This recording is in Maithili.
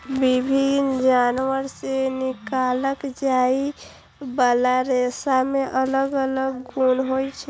विभिन्न जानवर सं निकालल जाइ बला रेशा मे अलग अलग गुण होइ छै